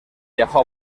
viajó